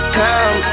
come